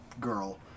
girl